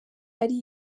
ari